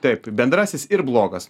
taip bendrasis ir blogas